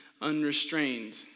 unrestrained